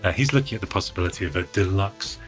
ah he's looking at the possibility of a deluxe,